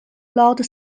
lord